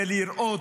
ולראות,